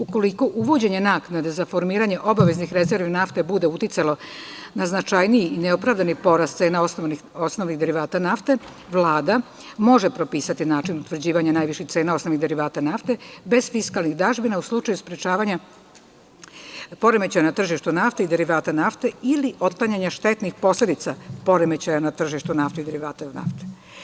Ukoliko uvođenje naknade za formiranje obaveznih rezervi nafte bude uticalo na značajniji i neopravdani porast cena osnovnih derivata nafte, Vlada može propisati način utvrđivanja najviših cena osnovnih derivata nafte bez fiskalnih dažbina u slučaju sprečavanja poremećaja na tržištu nafte i derivata nafte ili otklanjanja štetnih posledica poremećaja na tržištu naftnih derivata i nafte.